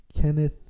Kenneth